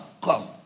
come